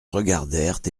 regardèrent